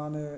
मानि